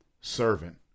servant